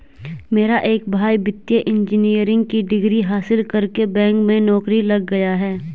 मेरा एक भाई वित्तीय इंजीनियरिंग की डिग्री हासिल करके बैंक में नौकरी लग गया है